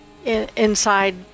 inside